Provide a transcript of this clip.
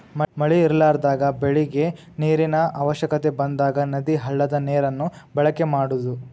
ಮಳಿ ಇರಲಾರದಾಗ ಬೆಳಿಗೆ ನೇರಿನ ಅವಶ್ಯಕತೆ ಬಂದಾಗ ನದಿ, ಹಳ್ಳದ ನೇರನ್ನ ಬಳಕೆ ಮಾಡುದು